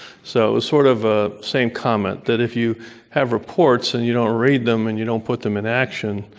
so it was sort of a the same comment, that if you have reports and you don't read them, and you don't put them in action,